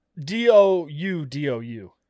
D-O-U-D-O-U